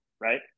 right